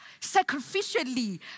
sacrificially